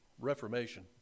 Reformation